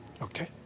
Okay